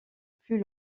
plus